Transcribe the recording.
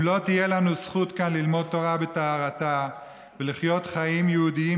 אם לא תהיה לנו זכות כאן ללמוד תורה בטהרתה ולחיות חיים יהודיים